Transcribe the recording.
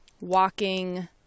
walking